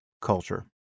culture